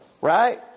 right